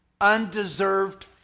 Undeserved